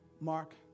Mark